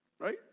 right